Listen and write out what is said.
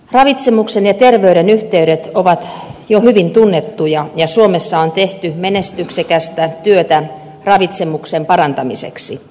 ravitsemuksen ja terveyden yhteydet ovat jo hyvin tunnettuja ja suomessa on tehty menestyksekästä työtä ravitsemuksen parantamiseksi